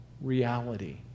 reality